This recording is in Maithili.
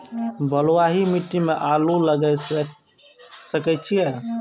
बलवाही मिट्टी में आलू लागय सके छीये?